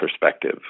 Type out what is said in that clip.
perspective